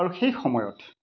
আৰু সেই সময়ত